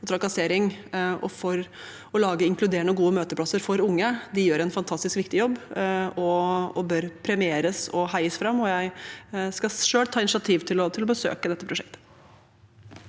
og trakassering og for å lage inkluderende og gode møteplasser for unge, gjør en fantastisk viktig jobb og bør premieres og heies fram. Jeg skal selv ta initiativ til å besøke dette prosjektet.